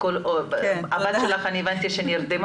קודם כל תודה רבה על קיום הדיון הזה שבאמת הוא אמור להיות דיווח שנתי